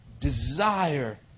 desire